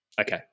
Okay